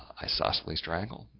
isosceles triangle,